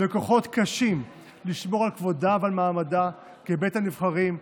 בכוחות קשים לשמור על כבודה ועל מעמדה כבית הנבחרים,